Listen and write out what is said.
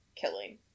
Killing